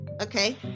Okay